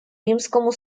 римскому